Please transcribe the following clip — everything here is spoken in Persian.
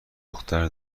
دختر